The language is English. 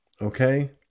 Okay